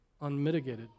unmitigated